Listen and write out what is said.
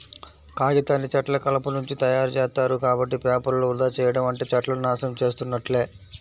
కాగితాన్ని చెట్ల కలపనుంచి తయ్యారుజేత్తారు, కాబట్టి పేపర్లను వృధా చెయ్యడం అంటే చెట్లను నాశనం చేసున్నట్లే